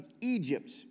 Egypt